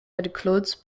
includes